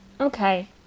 Okay